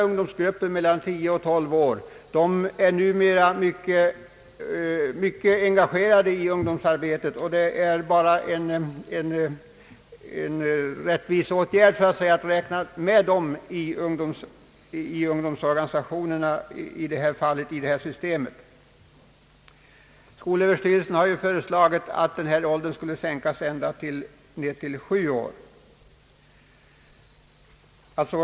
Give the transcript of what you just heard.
Ungdomarna mellan 10 och 12 år är nämligen numera i stor utsträckning engagerade i ungdomsarbetet, och det är en gärd av rättvisa att räkna med dem i ungdomsorganisationerna vid denna bidragsgivning. Skolöverstyrelsen har föreslagit att åldersgränsen skulle sänkas ända ned till 7 år.